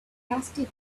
rusty